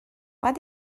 what